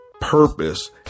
purpose